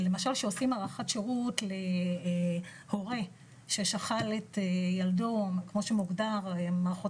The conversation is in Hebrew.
למשל כשעושים הארכת שירות להורה ששכל את ילדו כמו שמוגדר במערכות